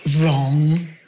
wrong